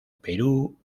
perú